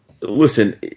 Listen